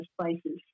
places